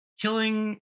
Killing